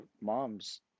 moms